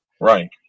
right